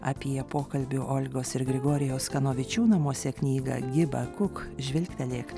apie pokalbių olgos ir grigorijaus kanovičių namuose knygą gibakuk žvilgtelėk